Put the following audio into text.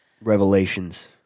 Revelations